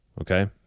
okay